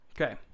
Okay